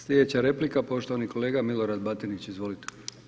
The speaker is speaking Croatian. Slijedeća replika poštovani kolega Milorad Batinić, izvolite.